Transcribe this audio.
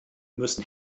müssen